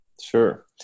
Sure